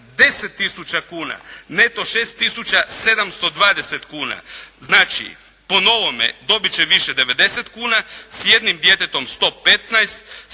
tisuća kuna, neto 6.720,00 kuna, znači po novome dobiti će 90 kuna, s jednim djetetom 115, sa